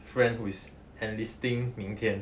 friend who is enlisting 明天